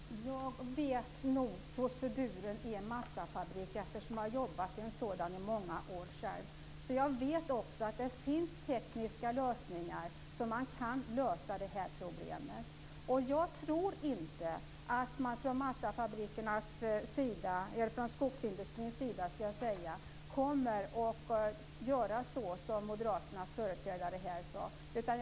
Herr talman! Jag vet nog proceduren i en massafabrik, eftersom jag själv har jobbat i en sådan i många år. Jag vet också att det finns tekniska lösningar på problemet. Jag tror inte att man från skogsindustrin kommer att göra så som moderaternas företrädare här sade.